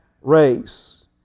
race